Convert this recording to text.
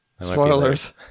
Spoilers